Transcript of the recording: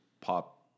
pop